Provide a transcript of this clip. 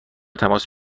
تماس